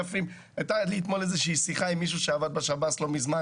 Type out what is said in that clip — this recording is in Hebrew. הייתה לי אתמול שיחה עם מישהו שעבד בשב"ס לא מזמן.